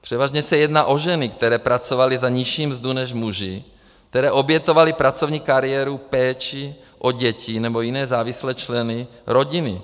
Převážně se jedná o ženy, které pracovaly za nižší mzdu než muži, které obětovaly pracovní kariéru péči o děti nebo jiné závislé členy rodiny.